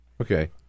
Okay